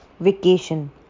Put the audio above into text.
Vacation